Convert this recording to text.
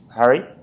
Harry